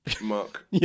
Mark